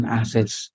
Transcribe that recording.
assets